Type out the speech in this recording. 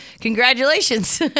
Congratulations